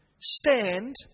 stand